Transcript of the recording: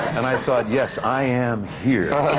and i thought, yes, i am here!